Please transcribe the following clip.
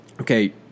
okay